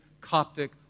Coptic